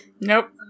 nope